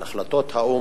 על החלטות האו"ם